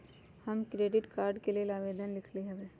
हम credit card के लेल आवेदन लिखली हबे